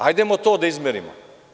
Hajdemo to da izmerimo.